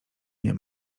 nie